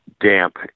damp